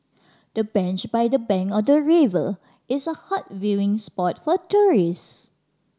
the bench by the bank of the river is a hot viewing spot for tourist